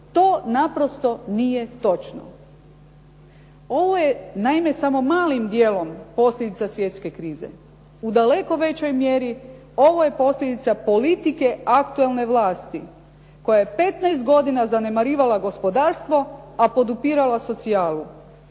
To naprosto nije točno. Ovo je naime samo malim dijelom posljedica svjetske krize. U daleko većoj mjeri ovo je posljedica politike aktualne vlasti, koja je 15 godina zanemarivala gospodarstvo, a podupirala socijalu.